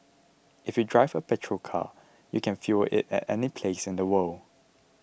if you drive a petrol car you can fuel it any place in the world